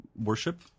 Worship